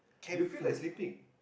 you feel like sleepy